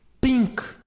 pink